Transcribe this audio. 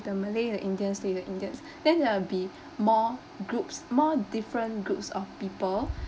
the malay the indian stay with the indians then there will be more groups more different groups of people